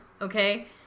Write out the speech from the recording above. okay